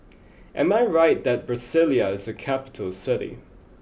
am I right that Brasilia is a capital city